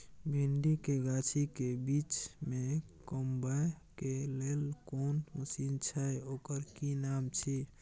भिंडी के गाछी के बीच में कमबै के लेल कोन मसीन छै ओकर कि नाम छी?